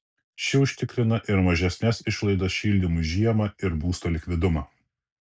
ši užtikrina ir mažesnes išlaidas šildymui žiemą ir būsto likvidumą